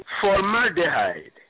Formaldehyde